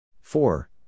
four